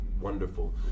Wonderful